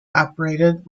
operated